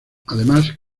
además